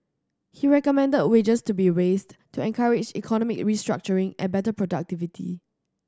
he recommended wages to be raised to encourage economic restructuring and better productivity